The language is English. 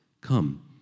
Come